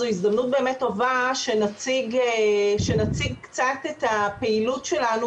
זו הזדמנות באמת טובה שנציג קצת את הפעילות שלנו